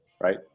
right